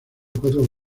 cuatro